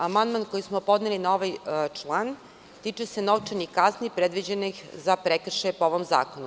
Amandman koji smo podneli na ovaj član tiče se novčanih kazni predviđenih za prekršaje po ovom zakonu.